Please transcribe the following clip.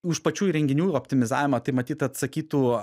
už pačių įrenginių optimizavimą tai matyt atsakytų